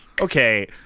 Okay